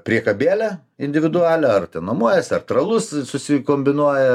priekabėlę individualią ar ten nuomuojasi ar tralus susikombinuoja